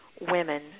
women